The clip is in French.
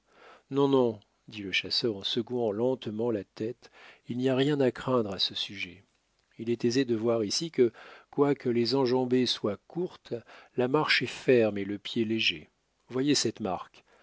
non non dit le chasseur en secouant lentement la tête il n'y a rien à craindre à ce sujet il est aisé de voir ici que quoique les enjambées soient courtes la marche est ferme et le pied léger voyez cette marque